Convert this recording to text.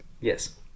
Yes